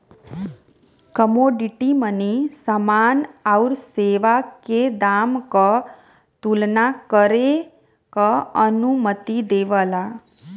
commodity money समान आउर सेवा के दाम क तुलना करे क अनुमति देवला